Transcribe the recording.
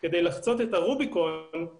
עד כדי כך שהוא מצדיק את חציית הרוביקון של